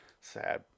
Sad